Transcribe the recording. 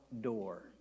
door